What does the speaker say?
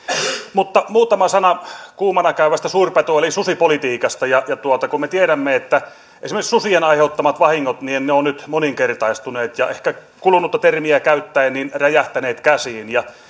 mutta muutama sana kuumana käyvästä suurpeto eli susipolitiikasta kun me tiedämme että esimerkiksi susien aiheuttamat vahingot ovat nyt moninkertaistuneet ja ehkä kulunutta termiä käyttäen räjähtäneet käsiin ja